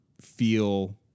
feel